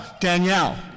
Danielle